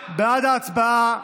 בעד ההצעה,